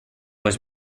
was